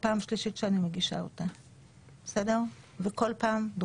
פעם אחר פעם משתיקים את זה ולא מאפשרים לקיים